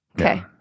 Okay